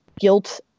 guilt